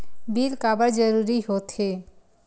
Bill काबर जरूरी होथे?